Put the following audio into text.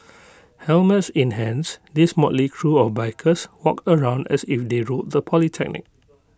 helmets in hands these motley crew of bikers walked around as if they ruled the polytechnic